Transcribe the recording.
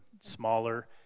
smaller